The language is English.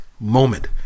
moment